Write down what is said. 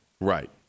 Right